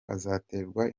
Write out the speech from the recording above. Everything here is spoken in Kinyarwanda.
azaterwa